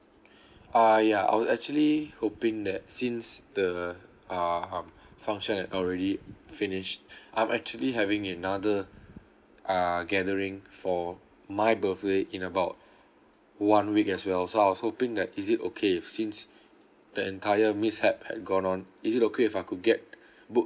uh ya I was actually hoping that since the um function had already finish I'm actually having another uh gathering for my birthday in about one week as well so I was hoping that is it okay if since that entire mishap had gone on is it okay if I could get book